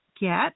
get